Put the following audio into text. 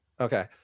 Okay